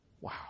Wow